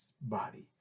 body